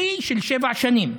שיא של שבע שנים.